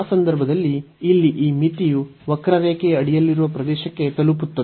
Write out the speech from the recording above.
ಆ ಸಂದರ್ಭದಲ್ಲಿ ಇಲ್ಲಿ ಈ ಮಿತಿಯು ವಕ್ರರೇಖೆಯ ಅಡಿಯಲ್ಲಿರುವ ಪ್ರದೇಶಕ್ಕೆ ತಲುಪುತ್ತದೆ